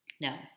No